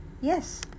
yes